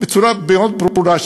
בצורה מאוד ברורה,